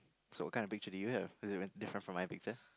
so what kind of picture do you have is it different very from pictures